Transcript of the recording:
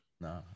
no